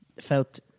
felt